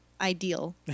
Ideal